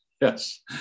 Yes